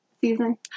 season